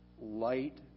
light